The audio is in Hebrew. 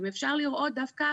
אפשר לראות דווקא